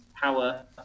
power